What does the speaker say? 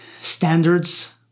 standards